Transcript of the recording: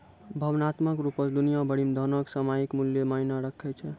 भावनात्मक रुपो से दुनिया भरि मे धनो के सामयिक मूल्य मायने राखै छै